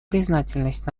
признательность